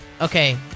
Okay